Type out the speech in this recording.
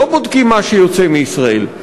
לא בודקים מה שיוצא מישראל,